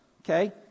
okay